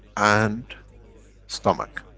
and stomach.